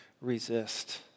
resist